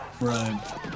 Right